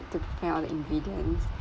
to prepare all the ingredients